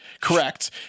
Correct